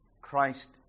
Christ